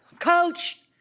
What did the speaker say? coach,